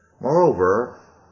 Moreover